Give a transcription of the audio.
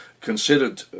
considered